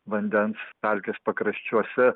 vandens pelkės pakraščiuose